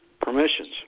permissions